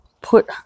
put